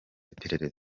iperereza